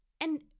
And-